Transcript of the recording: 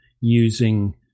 using